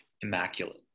immaculate